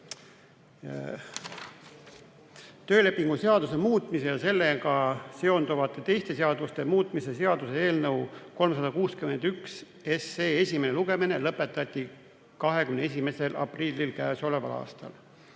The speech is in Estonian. Töölepingu seaduse muutmise ja sellega seonduvalt teiste seaduste muutmise seaduse eelnõu 361 esimene lugemine lõpetati k.a 21. aprillil.